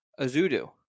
Azudu